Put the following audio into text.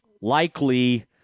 likely